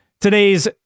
today's